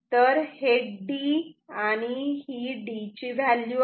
तर हे D आणि ही D ची व्हॅल्यू आहे